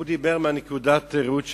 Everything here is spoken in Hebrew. הוא דיבר מנקודת הראות שלו,